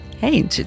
Hey